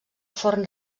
forn